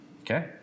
Okay